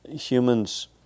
humans